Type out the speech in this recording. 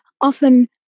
often